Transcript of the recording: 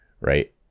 right